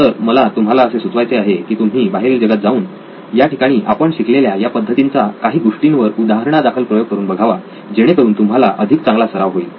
तर मला तुम्हाला असे सुचवायचे आहे की तुम्ही बाहेरील जगात जाऊन या ठिकाणी आपण शिकलेल्या या पद्धतींचा काही गोष्टींवर उदाहरणादाखल प्रयोग करून बघावा जेणेकरून तुम्हाला अधिक चांगला सराव होईल